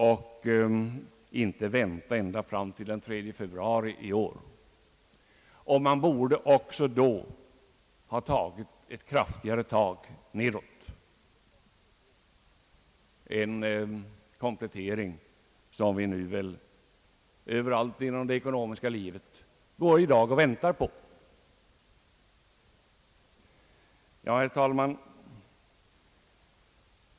Man borde inte ha väntat ända fram till den 3 februari i år, och man borde också då ha tagit ett kraftigare steg nedåt, en komplettering som vi nu väl överallt inom det ekonomiska livet går och väntar på. Herr talman!